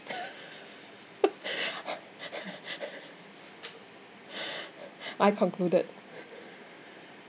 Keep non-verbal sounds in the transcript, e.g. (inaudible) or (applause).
(laughs) I concluded